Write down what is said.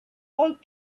old